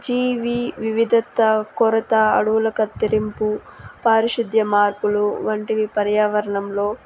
జీవి వివిధత కొరత అడవుల కత్తిరింపు పారిశుధ్య మార్పులు వంటివి పర్యావరణంలో